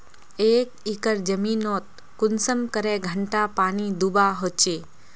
एक एकर जमीन नोत कुंसम करे घंटा पानी दुबा होचए?